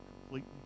completely